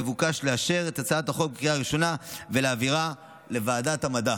מבוקש לאשר את הצעת החוק בקריאה ראשונה ולהעבירה לוועדת המדע.